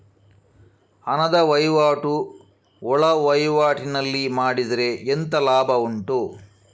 ಹಣದ ವಹಿವಾಟು ಒಳವಹಿವಾಟಿನಲ್ಲಿ ಮಾಡಿದ್ರೆ ಎಂತ ಲಾಭ ಉಂಟು?